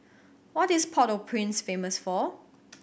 what is Port Au Prince famous for